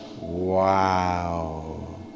Wow